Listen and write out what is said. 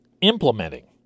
implementing